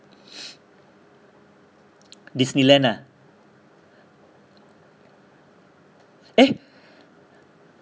Disneyland ah eh